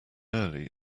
early